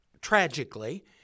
tragically